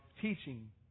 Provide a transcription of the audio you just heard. teaching